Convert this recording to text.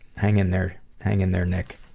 hang in there hang in there, nick.